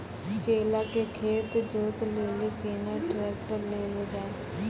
केला के खेत जोत लिली केना ट्रैक्टर ले लो जा?